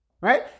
right